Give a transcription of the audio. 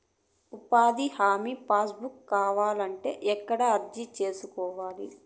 ఉపాధి హామీ పని బుక్ కావాలంటే ఎక్కడ అర్జీ సేసుకోవాలి?